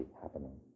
happening